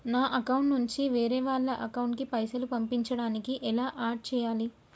నా అకౌంట్ నుంచి వేరే వాళ్ల అకౌంట్ కి పైసలు పంపించడానికి ఎలా ఆడ్ చేయాలి?